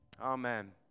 amen